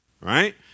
right